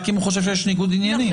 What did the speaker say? רק אם הוא חושב שיש ניגוד עניינים.